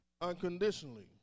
unconditionally